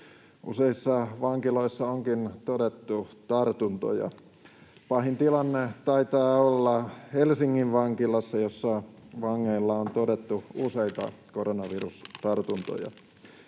Useissa vankiloissa onkin todettu tartuntoja. Pahin tilanne taitaa olla Helsingin vankilassa, jossa vangeilla on todettu useita koronavirustartuntoja.